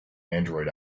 android